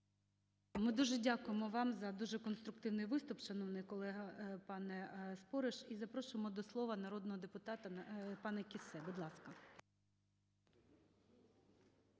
Ми дуже дякуємо вам за дуже конструктивний виступ, шановний колего пане Спориш. І запрошуємо до слова народного депутата пана Кіссе. Будь ласка.